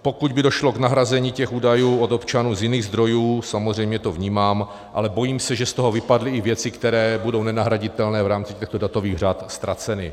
Pokud by došlo k nahrazení těch údajů od občanů z jiných zdrojů, samozřejmě to vnímám, ale bojím se, že z toho vypadly i věci, které budou nenahraditelně v rámci těchto datových řad ztraceny.